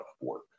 work